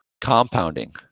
compounding